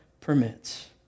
permits